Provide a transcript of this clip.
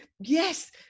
yes